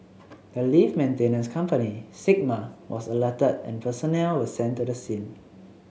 the lift maintenance company Sigma was alerted and personnel were sent to the scene